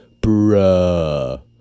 bruh